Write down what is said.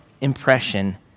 impression